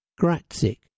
Gratzik